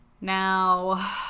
Now